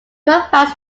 provides